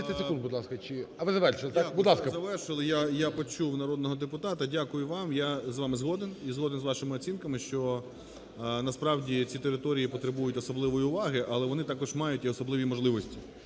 я почув народного депутата. Дякую вам, я з вами згоден і згоден з вашими оцінками, що насправді ці території потребують особливої уваги, але вони також мають і особливі можливості,